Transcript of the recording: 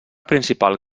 principal